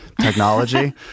technology